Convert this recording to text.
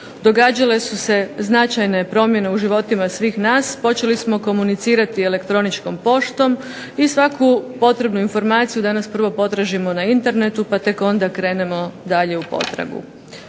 događale su se značajne promjene u životima svih nas, počeli smo komunicirati elektroničkom poštom, i svaku potrebnu informaciju danas prvo potražimo na Internetu, pa tek onda krenemo dalje u potragu.